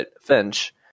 finch